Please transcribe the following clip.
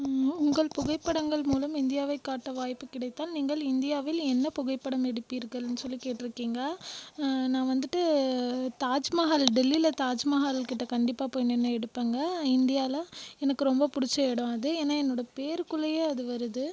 உங்கள் புகைப்படங்கள் மூலம் இந்தியாவை காட்ட வாய்ப்பு கிடைத்தால் நீங்கள் இந்தியாவில் என்ன புகைப்படம் எடுப்பீர்களென்னு சொல்லி கேட்டிருக்கீங்க நான் வந்துட்டு தாஜ்மஹால் டெல்லியில் தாஜ்மஹால் கிட்டே கண்டிப்பாக போய் நின்று எடுப்பேன்ங்க இந்தியாவில் எனக்கு ரொம்ப பிடிச்ச இடம் அது ஏன்னால் என்னோட பேர் உள்ளேயே அது வருது